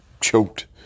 choked